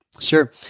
Sure